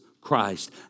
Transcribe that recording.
Christ